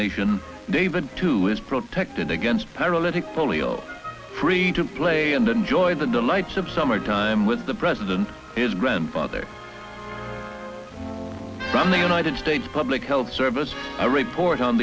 nation david too is protected against paralytic polio free to play and enjoy the delights of summertime with the president is grandfather from the united states public health service a report on